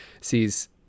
sees